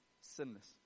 sinless